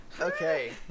Okay